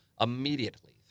immediately